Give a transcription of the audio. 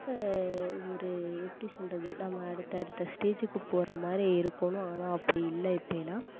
ஒரு எப்படி சொல்கிறது நம்ம அடுத்தடுத்த ஸ்டேஜூக்கு போகிற மாதிரி இருக்கணும் ஆனால் அப்படி இல்லை இப்போ எல்லாம்